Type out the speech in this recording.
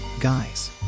guys